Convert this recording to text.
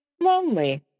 lonely